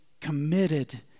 committed